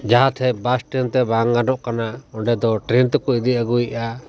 ᱡᱟᱦᱟᱸ ᱴᱷᱮᱱ ᱵᱟᱥ ᱴᱮᱹᱱ ᱛᱮ ᱵᱟᱝ ᱜᱟᱱᱚᱜ ᱠᱟᱱᱟ ᱚᱸᱰᱮ ᱫᱚ ᱴᱨᱮᱹᱱ ᱛᱮᱠᱚ ᱤᱫᱤ ᱟᱹᱜᱩᱭᱮᱫᱼᱟ